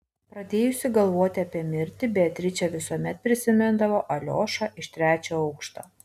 pradėjusi galvoti apie mirtį beatričė visuomet prisimindavo aliošą iš trečio aukšto